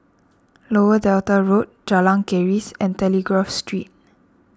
Lower Delta Road Jalan Keris and Telegraph Street